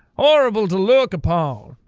horrible to look upon.